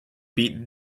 beat